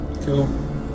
Cool